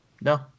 No